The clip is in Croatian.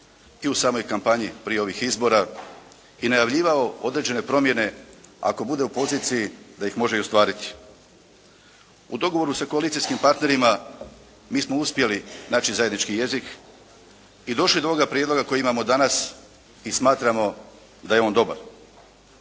i u samoj kampanji prije ovih izbora i najavljivao određene promjene ako bude u poziciji da ih može i ostvariti. U dogovoru sa koalicijskih partnerima mi smo uspjeli naći zajednički jezik i došli do ovoga prijedloga koji imamo danas i smatramo da je on dobar.